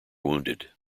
wounded